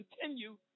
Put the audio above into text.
continue